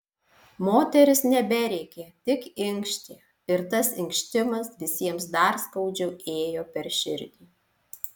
moteris neberėkė tik inkštė ir tas inkštimas visiems dar skaudžiau ėjo per širdį